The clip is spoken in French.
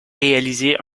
réalisée